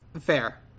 Fair